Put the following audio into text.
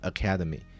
Academy